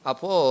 Apo